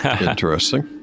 interesting